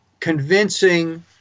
Convincing